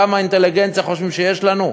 כמה אינטליגנציה חושבים שיש לנו?